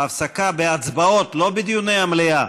ההפסקה בהצבעות, לא בדיוני המליאה,